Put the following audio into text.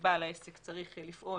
שבעל העסק צריך לפעול